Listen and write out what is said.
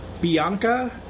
Bianca